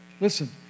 listen